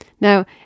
Now